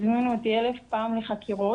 הזמינו אותי אלף פעם לחקירות,